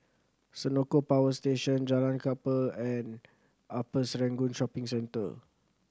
Senoko Power Station Jalan Kapal and Upper Serangoon Shopping Centre